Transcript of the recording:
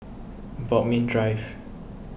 Bodmin Drive